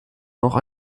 noch